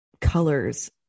colors